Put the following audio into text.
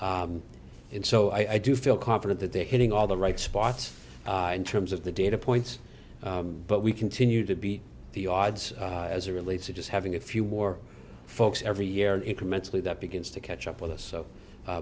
detail and so i do feel confident that they're hitting all the right spots in terms of the data points but we continue to beat the odds as a relates to just having a few more folks every year incrementally that begins to catch up with us so